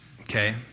okay